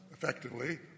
effectively